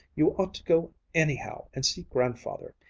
you ought to go anyhow and see grandfather.